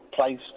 place